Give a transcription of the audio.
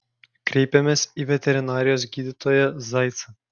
kreipėmės į veterinarijos gydytoją zaicą